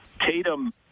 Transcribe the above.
Tatum